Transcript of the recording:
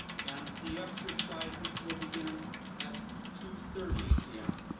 and the exercises will begin at two thirty p m.